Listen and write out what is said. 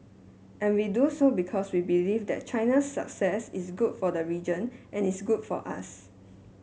and we do so because we believe that China's success is good for the region and is good for us